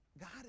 God